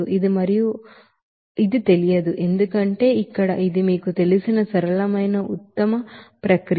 ఇది తెలియదు ఎందుకంటే ఇక్కడ ఇది మీకు తెలిసిన సరళమైన ఉత్తమ ప్రక్రియ